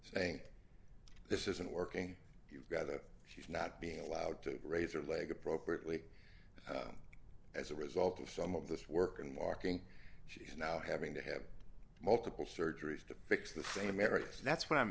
saying this isn't working you've got it she's not being allowed to raise her leg appropriately as a result of some of this work and walking she's now having to have multiple surgeries to fix the same areas and that's what i'm